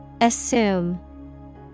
Assume